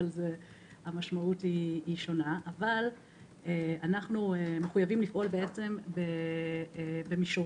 אבל המשמעות שונה אנחנו מחויבים לפעול בכלים